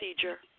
procedure